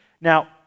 Now